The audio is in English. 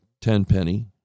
Tenpenny